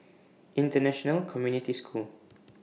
International Community School